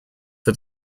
for